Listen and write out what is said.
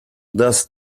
that